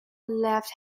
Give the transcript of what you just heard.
left